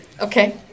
Okay